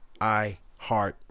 iHeart